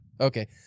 Okay